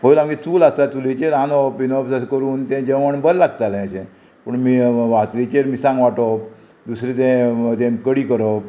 पयलू आमगेर चूल आसता चुलीचेर रांदप बिंदप जशें करून तें जेवण बरें लागतालें अशें पूण वांटणीचेर मिरसांग वांटप दुसरें तें तें कडी करप